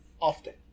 often